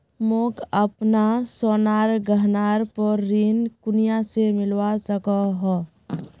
मोक अपना सोनार गहनार पोर ऋण कुनियाँ से मिलवा सको हो?